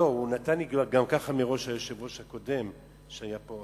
גם כך היושב-ראש הקודם שהיה פה,